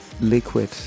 liquid